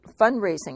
fundraising